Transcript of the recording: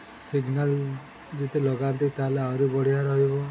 signal ଯଦି ଲଗାନ୍ତି ତାହେଲେ ଆହୁରି ବଢ଼ିଆ ରହିବ